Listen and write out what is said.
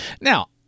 now